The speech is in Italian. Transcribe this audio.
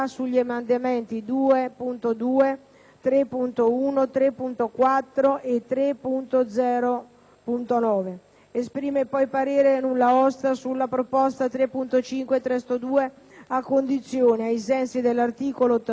3.1, 3.4 e 3.0.9. Esprime poi parere di nulla osta sulla proposta 3.5 (testo 2) a condizione, ai sensi dell'articolo 81 della Costituzione, che le parole: